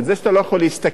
זה שאתה לא יכול להשתכר,